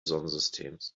sonnensystems